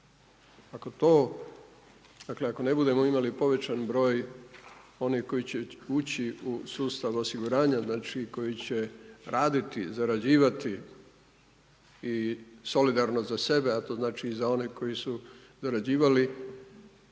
ako ne budemo imali povećan broj onih koji će uči u sustav osiguranja, znači koji će raditi, zarađivati i solidarno za sebe, a to znači i za one koji su zarađivali